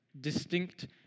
distinct